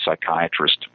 psychiatrist